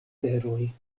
teroj